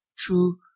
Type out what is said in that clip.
true